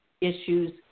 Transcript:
issues